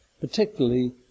particularly